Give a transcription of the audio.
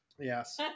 yes